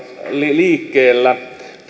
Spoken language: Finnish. liikkeellä täällä